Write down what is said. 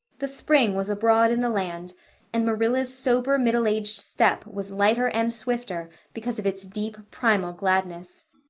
the spring was abroad in the land and marilla's sober, middle-aged step was lighter and swifter because of its deep, primal gladness.